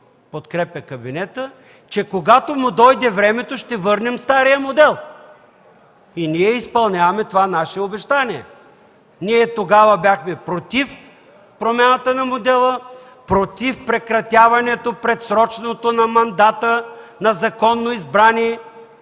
подкрепя кабинета, че когато му дойде времето ще върнем стария модел. И ние изпълняваме това наше обещание. Ние тогава бяхме против промяната на модела, против предсрочното прекратяване на мандата на законно избрани